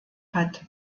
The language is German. hat